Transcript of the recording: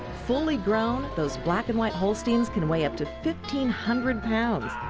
fully grown, those black and white holsteins can weigh up to fifteen hundred pounds.